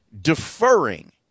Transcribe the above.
deferring